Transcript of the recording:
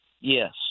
Yes